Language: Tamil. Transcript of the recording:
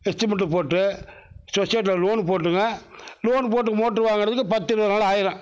எஸ்டிமேட் போட்டு சொசைட்யில் லோனு போட்டுங்க லோனு போட்டு மோட்ரு வாங்குகிறத்துக்கு பத்து இருபது நாள் ஆகிடும்